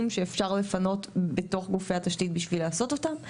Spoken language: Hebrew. שאפשר לפנות בתוך גופי התשתית בשביל לעשות אותם.